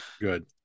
good